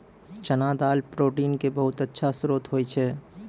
चना दाल प्रोटीन के बहुत अच्छा श्रोत होय छै